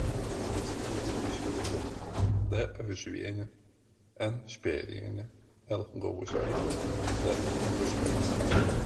įstaigoje dirba šie darbuotojai d avižiuvienė n špejerienė l guobužaitė d andriuškaitė